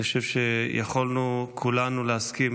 אני חושב שיכולנו כולנו להסכים